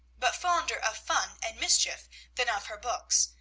but fonder of fun and mischief than of her books,